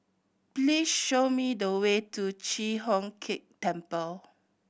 please show me the way to Chi Hock Keng Temple